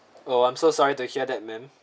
oh I'm so sorry to hear that ma'am